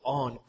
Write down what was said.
on